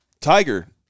Tiger